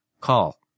Call